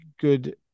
good